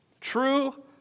True